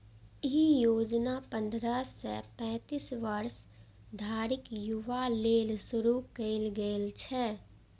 ई योजना पंद्रह सं पैतीस वर्ष धरिक युवा लेल शुरू कैल गेल छै